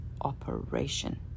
operation